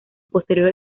posterior